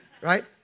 Right